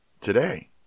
today